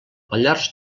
pallars